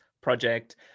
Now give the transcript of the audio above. project